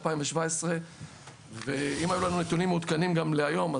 2017. אם היו לנו נתונים מעודכנים גם להיום,